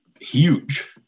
huge